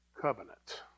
covenant